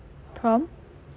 prom